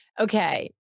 Okay